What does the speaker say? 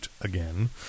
again